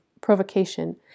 provocation